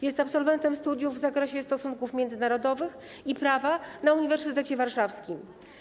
Jest absolwentem studiów w zakresie stosunków międzynarodowych i prawa na Uniwersytecie Warszawskim.